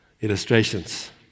illustrations